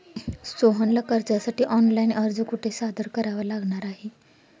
सोहनला कर्जासाठी ऑनलाइन अर्ज कुठे सादर करावा लागणार आहे?